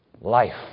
life